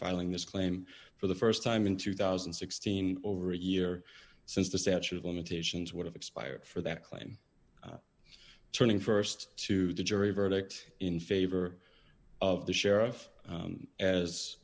filing this claim for the st time in two thousand and sixteen over a year since the statute of limitations would have expired for that claim turning st to the jury verdict in favor of the sheriff as as